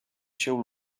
się